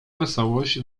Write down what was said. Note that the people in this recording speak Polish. wesołość